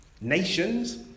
nations